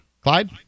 Clyde